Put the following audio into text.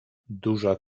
duża